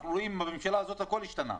אנחנו רואים שבממשלה הזו הכול השתנה.